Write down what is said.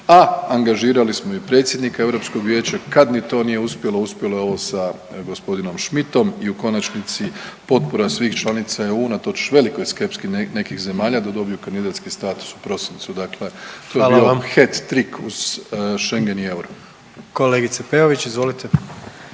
a angažirali smo i predsjednika Europskog vijeća. Kad ni to nije uspjelo, uspjelo je ovo sa gospodinom Schmidtom i u konačnici potpora svih članica EU unatoč velikoj skepsi nekih zemalja da dobiju kandidatski status u prosincu. Dakle, …/Upadica: Hvala vam./… to je bio hat trick uz Schengen i euro. **Jandroković, Gordan